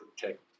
protect